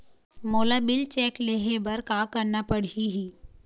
मोला bill check ले हे बर का करना पड़ही ही?